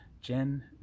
Jen